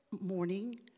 morning